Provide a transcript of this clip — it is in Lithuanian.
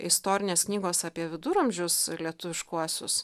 istorinės knygos apie viduramžius lietuviškuosius